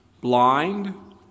blind